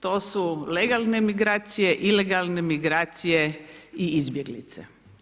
To su legalne migracije, ilegalne migracije i izbjeglice.